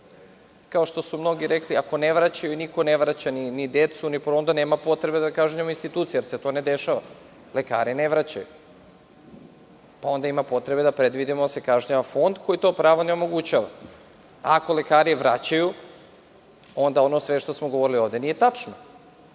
kao što su mnogi rekli, niko ne vraća ni porodilje ni decu, onda nema potrebe da kažnjavamo institucije jer se to ne dešava. Onda ima potrebe da predvidimo da se kažnjava Fond koji to pravo ne omogućava. Ako lekari vraćaju, onda ono sve što smo govorili ovde nije tačno.